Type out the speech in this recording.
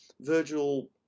Virgil